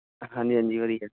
ਹਾਂਜੀ ਹਾਂਜੀ ਵਧੀਆ